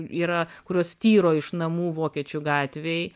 yra kurios tyro iš namų vokiečių gatvėj